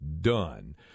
done